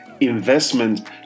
investment